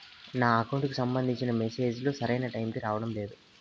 నా అకౌంట్ కి సంబంధించిన మెసేజ్ లు సరైన టైముకి రావడం లేదు